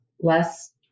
less